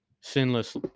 sinless